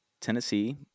Tennessee